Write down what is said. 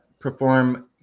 perform